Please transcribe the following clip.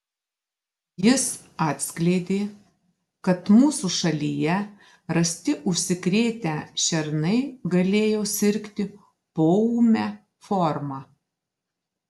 jis atskleidė kad mūsų šalyje rasti užsikrėtę šernai galėjo sirgti poūme forma